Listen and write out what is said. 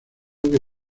que